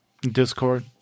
Discord